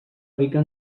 rica